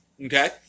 Okay